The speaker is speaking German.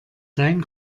dein